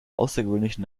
außergewöhnlichen